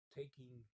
taking